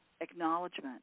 acknowledgement